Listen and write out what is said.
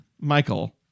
michael